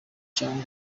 cyangwa